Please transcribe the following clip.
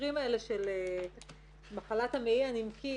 המקרים האלה של מחלת המעי הנמקי,